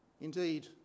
Indeed